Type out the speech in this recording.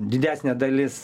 didesnė dalis